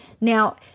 Now